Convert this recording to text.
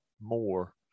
more